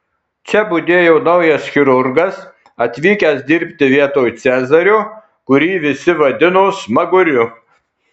čia budėjo naujas chirurgas atvykęs dirbti vietoj cezario kurį visi vadino smaguriu